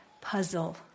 puzzle